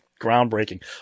groundbreaking